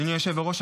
אדוני היושב-ראש,